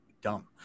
Dumb